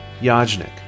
Yajnik